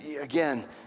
Again